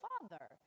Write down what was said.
father